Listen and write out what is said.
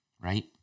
right